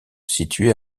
situé